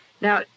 Now